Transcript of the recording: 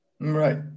Right